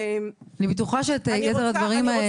אני בטוחה שאת יתר הדברים האלה,